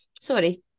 sorry